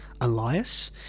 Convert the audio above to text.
Elias